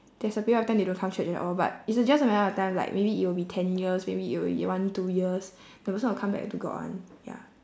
disappear after then they don't come church at all but it's a just a matter of time like maybe it will be ten years maybe it will be one two years that person will come back to god [one] ya